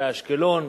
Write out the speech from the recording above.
באשקלון,